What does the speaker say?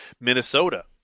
Minnesota